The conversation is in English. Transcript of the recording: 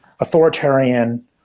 authoritarian